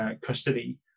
custody